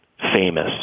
famous